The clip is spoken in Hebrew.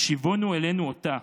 השיבונו אלינו אותה,